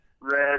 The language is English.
red